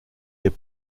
les